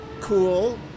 cool